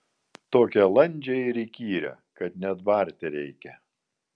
tokią landžią ir įkyrią kad net barti reikia